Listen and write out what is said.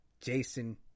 Jason